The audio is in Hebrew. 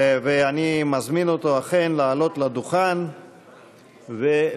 ואני מזמין אותו אכן לעלות לדוכן ולהשיב.